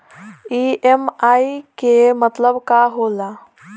EMI के मतलब का होला?